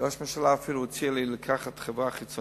וראש הממשלה אפילו הציע לי לקחת חברה חיצונית,